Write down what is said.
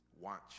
Watch